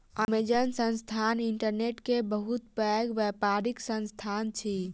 Amazon संस्थान internet के बहुत पैघ व्यापारिक संस्थान अछि